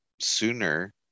sooner